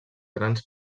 grans